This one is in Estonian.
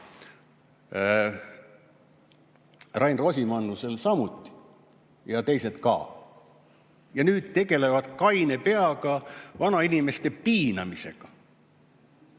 Rain Rosimannusel samuti. Ja teistel ka. Nüüd nad tegelevad kaine peaga vanainimeste piinamisega.